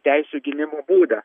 teisių gynimo būdą